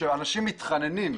אנשים מתחננים,